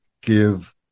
give